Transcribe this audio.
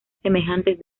semejantes